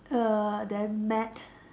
err then Matt